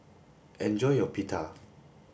enjoy your pita